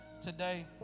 today